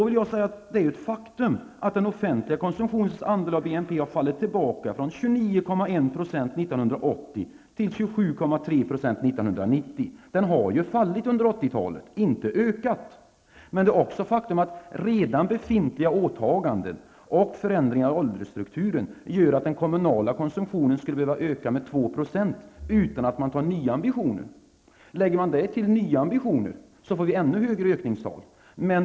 Faktum är att den offentliga konsumtionens andel av BNP har fallit tillbaka från 29,1 % år 1980 till 27,3 % 1990. Den har fallit under 80-talet, inte ökat. Faktum är också att redan befintliga åtaganden och förändringar i åldersstrukturen gör att den kommunala konsumtionen skulle behöva öka med 2 % utan några nya högre ambitioner. Lägger man därtill nya ambitioner får vi en ännu högre ökningstal.